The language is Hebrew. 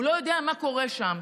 והוא לא יודע מה קורה שם.